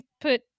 put